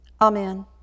Amen